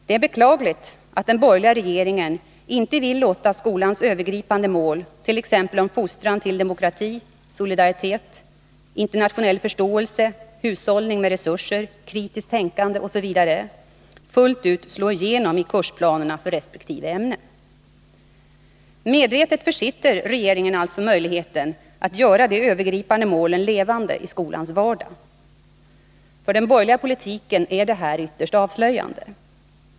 Det är beklagligt att den borgerliga regeringen inte vill låta skolans övergripande mål — t.ex. om fostran till demokrati och solidaritet, internationell förståelse, hushållning med resurser, kritiskt tänkande osv. — fullt ut slå igenom i kursplanerna för resp. ämne. Medvetet försitter regeringen alltså möjligheten att göra de övergripande målen levande i skolans vardag. För den borgerliga skolpolitiken är detta ytterst avslöjande.